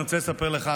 אני רוצה לספר לך,